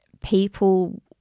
people